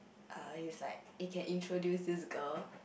err he's like eh can introduce this girl